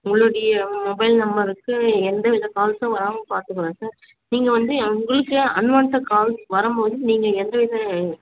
உங்களுடைய மொபைல் நம்பருக்கு எந்த வித கால்ஸும் வராமல் பார்த்துக்குறோம் சார் நீங்கள் வந்து எங்களுக்கு அன்வான்டட் கால்ஸ் வரும்போது நீங்கள் எந்த வித